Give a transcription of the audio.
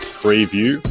preview